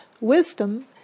wisdom